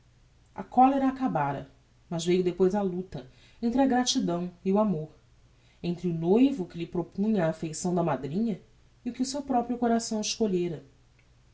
a cólera acabára mas veiu depois a luta entre a gratidão e o amor entre o noivo que lhe propunha a affeição da madrinha e o que o seu proprio coração escolhera